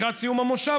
לקראת סיום המושב,